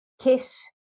KISS